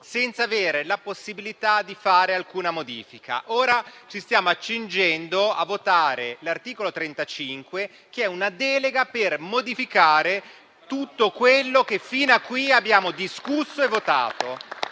senza avere la possibilità di fare alcuna modifica. Ora ci stiamo accingendo a votare l'articolo 35, che è una delega per modificare tutto quello che fino a qui abbiamo discusso e votato.